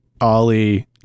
Ollie